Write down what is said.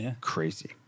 crazy